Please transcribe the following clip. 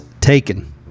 Taken